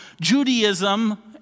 Judaism